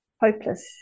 hopeless